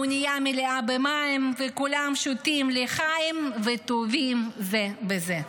האונייה מלאה במים וכולם שותים לחיים וטובעים זה לצד זה.